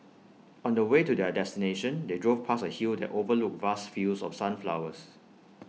on the way to their destination they drove past A hill that overlooked vast fields of sunflowers